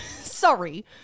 Sorry